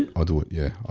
and i'll do it. yeah,